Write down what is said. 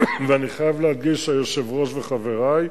ואני חייב להדגיש, היושב-ראש וחברי,